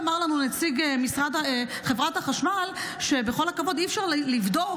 אמר לנו נציג חברת החשמל שבכל הכבוד אי-אפשר לבדוק